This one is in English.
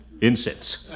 Incense